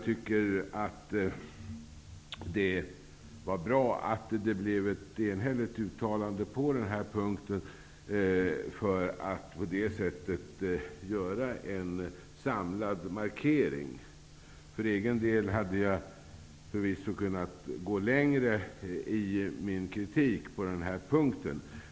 Det var bra att utskottet gjorde en enhällig bedömning så att det blev en samlad markering. För egen del hade jag förvisso kunnat gå längre i min kritik på denna punkt.